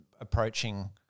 approaching